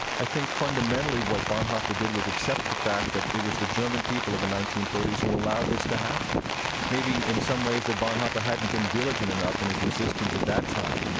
i think, fundamentally, what bonhoeffer did was accept that fact that it was the german people of the nineteen thirty s who allowed this to happen maybe in some ways that bonhoeffer hadn't been diligent enough in his resistance at that time,